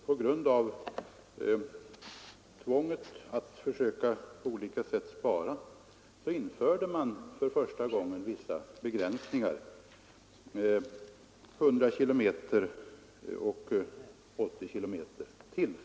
På grund av tvånget att försöka spara på olika sätt införde man för första gången vissa tillfälliga begränsningar på 100 och 80 km/tim.